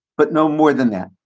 but no more than that.